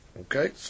Okay